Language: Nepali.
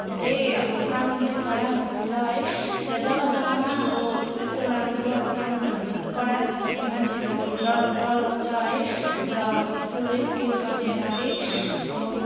त्यहाँ चाहिँ अब कानुन चाहिँ कडा हुनुपर्छ है र जग्गा जग्गामा अब यस्तो राम्रो अब कानुनहरू कडा छ भने मान्छेहरू अब डराउ डराउँछ है र यस्तो रेप केस गर्नेहरूलाई चाहिँ अब